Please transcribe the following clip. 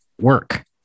work